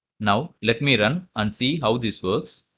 now let me run and see how this works.